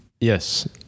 Yes